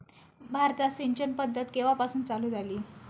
भारतात सिंचन पद्धत केवापासून चालू झाली?